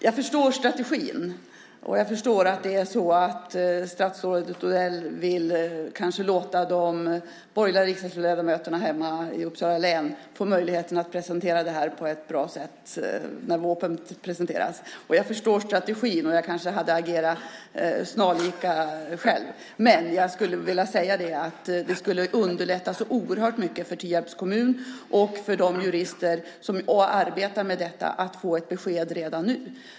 Jag förstår strategin och jag förstår att statsrådet Odell kanske vill låta de borgerliga ledamöterna hemma i Uppsala län få möjlighet att presentera det här på ett bra sätt när VÅP:en presenteras. Jag förstår strategin, och jag kanske hade agerat snarlikt själv. Det skulle underlätta oerhört mycket för Tierps kommun och för de jurister som arbetar med detta om de fick ett besked redan nu.